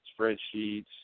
spreadsheets